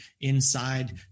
inside